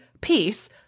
peace